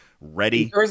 ready